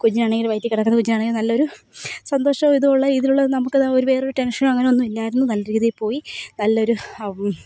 കുഞ്ഞാണെങ്കിൽ വയറ്റിൽ കിടക്കുന്നു കുഞ്ഞാണെങ്കിൽ നല്ലൊരു സന്തോഷം ഇതുമുള്ള ഇതിലുള്ളത് നമുക്ക് എന്താ ഒരു വേറൊരു ടെൻഷനോ അങ്ങനെയൊന്നും ഇല്ലായിരുന്നു നല്ല രീതിയിൽപ്പോയി നല്ലൊരു